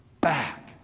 back